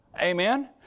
Amen